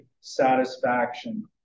satisfaction